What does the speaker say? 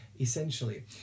essentially